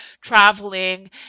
traveling